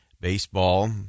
baseball